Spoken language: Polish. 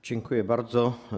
Dziękuję bardzo.